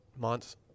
months